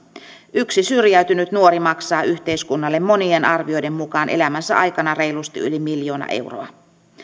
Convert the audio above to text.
yksi syrjäytynyt nuori maksaa yhteiskunnalle monien arvioiden mukaan elämänsä aikana reilusti yli miljoona euroa